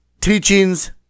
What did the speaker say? teachings